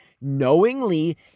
knowingly